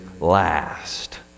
last